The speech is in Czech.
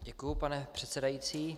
Děkuji, pane předsedající.